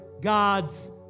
gods